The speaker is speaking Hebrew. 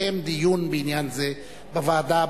מתקיים דיון בעניין זה בוועדה.